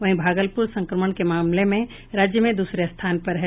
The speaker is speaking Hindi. वहीं भागलपूर संक्रमण के मामले में राज्य में दूसरे स्थान पर है